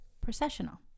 processional